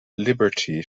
liberty